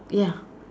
ya